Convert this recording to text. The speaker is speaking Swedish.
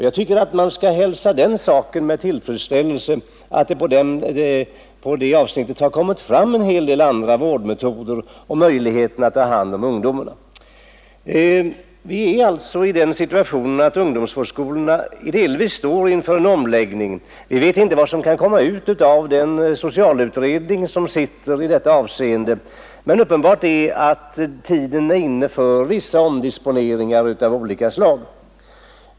Jag tycker att man skall hälsa det med tillfredsställelse att det kommit fram en hel del nya vårdmetoder och möjligheter att ta hand om ungdomarna. Vi befinner oss alltså i den situtationen att ungdomsvårdsskolorna delvis står inför en omläggning. Vi vet inte vilka slutsatser den socialutredning som arbetar med dessa frågor kan komma till, men det är uppenbart att tiden är inne för omdisponeringar av olika slag.